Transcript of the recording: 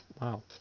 Wow